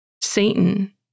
Satan